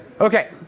Okay